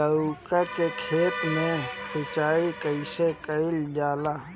लउका के खेत मे सिचाई कईसे कइल जाला?